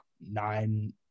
nine